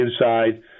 inside